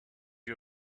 you